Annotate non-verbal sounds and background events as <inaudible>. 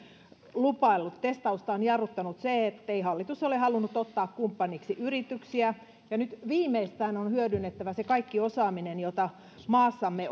lupaillut testausta on jarruttanut se ettei hallitus ole halunnut ottaa kumppaniksi yrityksiä ja nyt viimeistään on hyödynnettävä se kaikki osaaminen jota maassamme <unintelligible>